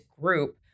group